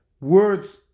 words